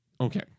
Okay